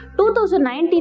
2019